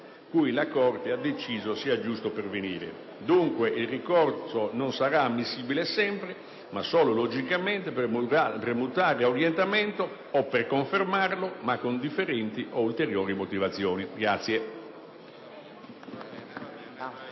cui la Corte ha deciso sia giusto pervenire. Dunque, il ricorso non sarà ammissibile sempre, ma solo logicamente per mutare orientamento o per confermarlo, ma con differenti o ulteriori motivazioni.